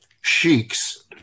sheiks